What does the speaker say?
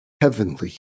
heavenly